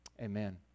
Amen